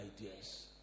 ideas